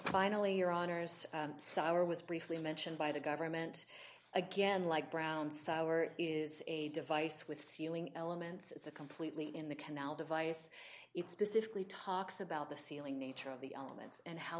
finally your honour's sour was briefly mentioned by the government again like brown sour is a device with sealing elements it's a completely in the canal device it specifically talks about the sealing nature of the elements and how